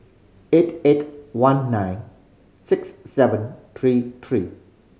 eight eight one nine six seven three three